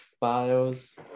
Bios